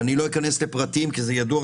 ואני לא אכנס לפרטים כי זה ידוע,